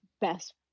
best